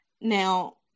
Now